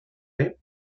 rep